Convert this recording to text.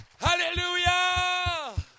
Hallelujah